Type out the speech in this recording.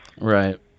right